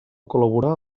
col·laborar